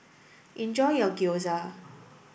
enjoy your Gyoza